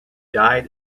died